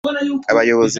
abayobozi